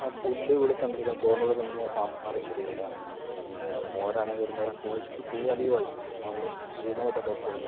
ആ ഫുഡിവിടെ തന്നിരിക്കുന്ന ചോറിൻറ്റൂടെ തന്നിരിക്കുന്ന സാമ്പാറ് ശരിയല്ല പിന്നെ മോരാണേൽ ഒരു മാതിരി പുളിച്ച് പുളി അധികമായി പോയി അത് കൊണ്ട് ഉപയോഗിക്കാൻ പറ്റാത്ത അവസ്ഥയാണ് ഇത്